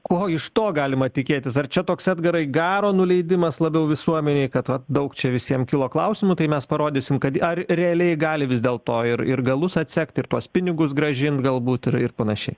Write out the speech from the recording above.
ko iš to galima tikėtis ar čia toks edgarai garo nuleidimas labiau visuomenėj kad vat daug čia visiems kilo klausimų tai mes parodysim kad ar realiai gali vis dėl to ir ir galus atsekt ir tuos pinigus grąžint galbūt ir ir panašiai